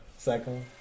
Second